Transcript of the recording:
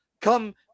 Come